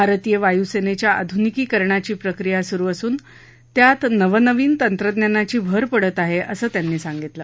भारतीय वायू सेनेच्या आध्निकीकरणाची प्रक्रिया सु्रु असून त्यात नवनवीन तंत्रज्ञानाची भर पडत आहे असं राष्ट्रपतींनी सांगितलं